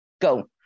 Go